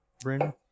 Brandon